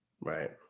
Right